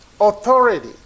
authority